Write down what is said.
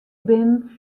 binnen